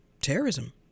terrorism